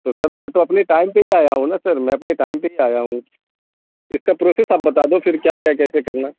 تو سر میں تو اپنے ٹائم پہ ہی آیا ہوں نا سر میں اپنے ٹائم پہ ہی آیا ہوں اس کا پروسیز آپ بتا دو پھر کیا کیا کیسے کرنا ہے